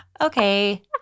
Okay